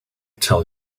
tell